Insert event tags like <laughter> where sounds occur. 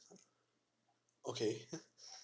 okay <laughs>